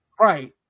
Right